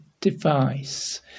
device